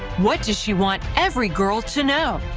what does she want every girl to know?